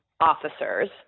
officers